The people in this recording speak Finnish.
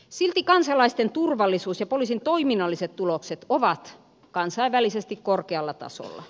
silti kansalaisten turvallisuus ja poliisin toiminnalliset tulokset ovat kansainvälisesti korkealla tasolla